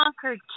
conquered